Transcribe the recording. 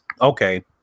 okay